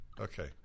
Okay